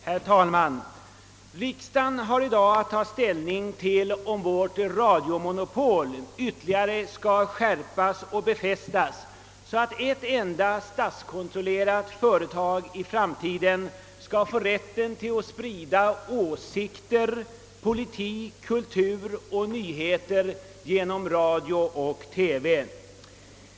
Herr talman! Riksdagen har i dag att ta ställning till om vårt radiomonopol ytterligare skall skärpas och befästas, så att ett enda statskontrollerat företag i framtiden skall få rätten att sprida åsikter, politik, kultur och nyheter genom radio och TV.